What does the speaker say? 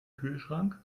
kühlschrank